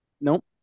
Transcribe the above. Nope